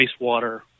wastewater